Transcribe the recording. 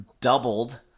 doubled